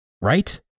Right